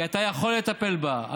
כי אתה יכול לטפל בה.